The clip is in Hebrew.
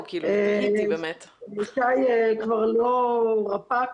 שי כבר לא רפ"ק,